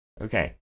okay